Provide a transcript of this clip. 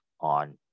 on